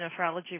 nephrology